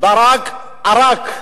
ברק ערק,